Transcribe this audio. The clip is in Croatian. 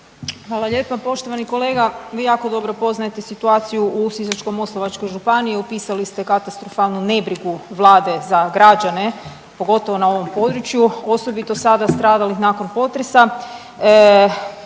Hvala lijepa. Poštovani kolega vi jako dobro poznajete situaciju u Sisačko-moslavačkoj županiji, opisali ste katastrofalnu nebrigu Vlade za građane pogotovo na ovom području osobito sada stradalih nakon potresa.